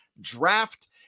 draft